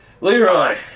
Leroy